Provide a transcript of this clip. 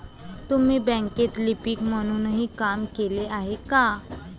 तुम्ही बँकेत लिपिक म्हणूनही काम केले आहे का?